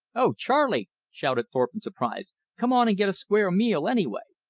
oh, charley! shouted thorpe in surprise. come on and get a square meal, anyway.